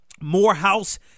Morehouse